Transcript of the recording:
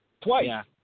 Twice